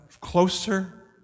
closer